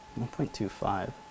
1.25